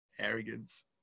Arrogance